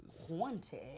Haunted